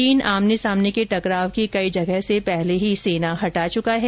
चीन आमने सामने के टकराव की कई जगहों से पहले ही सेना हटा चुका है